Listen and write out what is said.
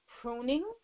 pruning